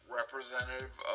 representative